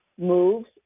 moves